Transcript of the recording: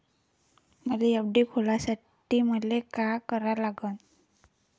मले एफ.डी खोलासाठी मले का करा लागन?